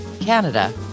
Canada